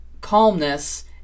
Calmness